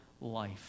life